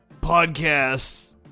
podcasts